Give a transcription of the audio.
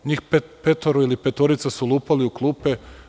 Njih petoro, ili petorica su lupali u klupe.